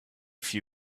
few